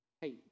Hey